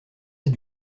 est